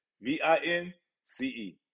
V-I-N-C-E